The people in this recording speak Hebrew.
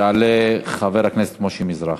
יעלה חבר הכנסת משה מזרחי.